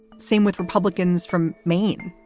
same with republicans from maine,